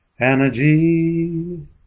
energy